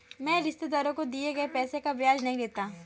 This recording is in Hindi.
मैं रिश्तेदारों को दिए गए पैसे का ब्याज नहीं लेता